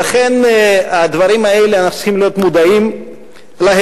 לכן, הדברים האלה, אנחנו צריכים להיות מודעים להם,